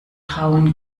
trauen